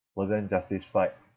wasn't justified